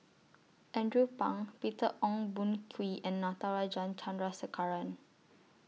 Andrew Phang Peter Ong Boon Kwee and Natarajan Chandrasekaran